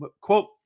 Quote